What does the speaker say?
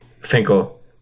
Finkel